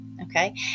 Okay